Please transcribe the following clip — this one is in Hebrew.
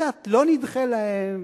וקצת לא נדחה להם,